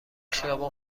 خیابان